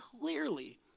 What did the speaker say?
clearly